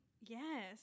yes